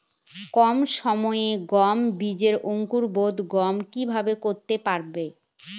কম সময়ে গম বীজের অঙ্কুরোদগম কিভাবে করতে পারব?